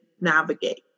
navigate